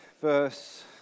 verse